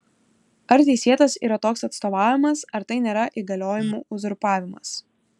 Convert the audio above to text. ar teisėtas yra toks atstovavimas ar tai nėra įgaliojimų uzurpavimas